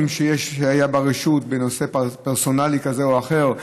שהיה ברשות בנושא פרסונלי כזה או אחר.